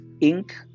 ink